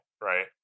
right